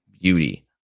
beauty